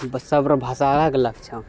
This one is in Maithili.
सभ र भाषा अलग अलग छौँ